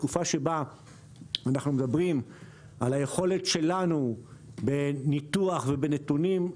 בתקופה שבה אנחנו מדברים על היכולת שלנו בניתוח ובנתונים,